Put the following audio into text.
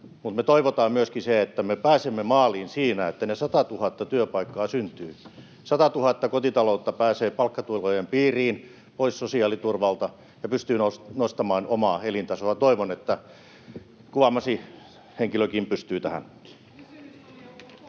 mutta me toivotaan myöskin sitä, että me pääsemme maaliin siinä, että ne 100 000 työpaikkaa syntyvät, 100 000 kotitaloutta pääsee palkkatulojen piiriin, pois sosiaaliturvalta, ja pystyy nostamaan omaa elintasoaan. Toivon, että kuvaamasi henkilökin pystyy tähän.